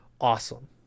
awesome